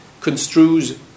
construes